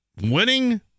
Winning